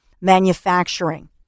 manufacturing